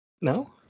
no